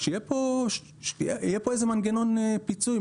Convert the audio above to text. אז שיהיה כאן מנגנון פיצוי.